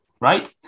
right